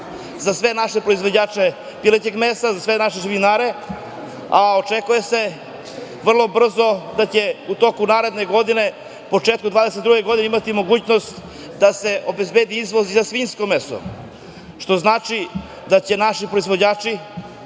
za sve naše proizvođače pilećeg mesa, za sve naše živinare, a očekuje se vrlo brzo da će u toku naredne godine, početkom 2022. godine imati mogućnost da se obezbedi izvoz i za svinjsko meso, što znači da će naši proizvođači,